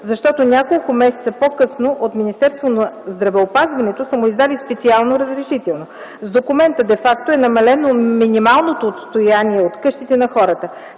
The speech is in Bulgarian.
защото няколко месеца по-късно от Министерството на здравеопазването са му издали специално разрешително. С документа де факто е намалено минималното отстояние от къщите на хората.